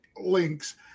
links